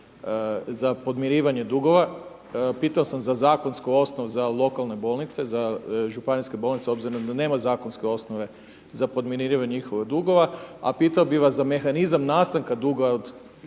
za podmirivanje dugova. Pitao sam za zakonsku osnovu, za lokalne bolnice, za županijske bolnice, obzirom da nema zakonske osnove za podmirivanje ikakvih dugova. A pitao bih vas za mehanizam nastavka dugova, od